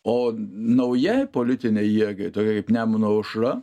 o naujai politinei jėgai tokiai kaip nemuno aušra